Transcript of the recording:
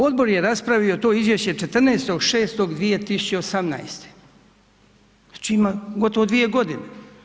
Odbor je raspravio to izvješće 14. 6. 2018., znači ima gotovo 2 godine.